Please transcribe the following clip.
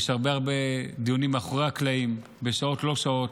יש הרבה הרבה דיונים מאחורי הקלעים בשעות לא שעות,